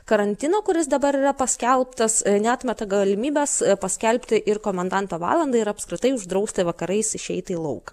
karantino kuris dabar yra paskelbtas neatmeta galimybės paskelbti ir komendanto valandą ir apskritai uždrausti vakarais išeiti į lauką